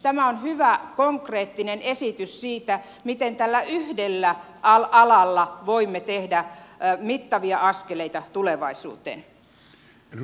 tämä on hyvä konkreettinen esitys siitä miten tällä yhdellä alalla voimme tehdä mittavia askeleita tulevaisuuteen